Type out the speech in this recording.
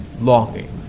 longing